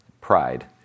pride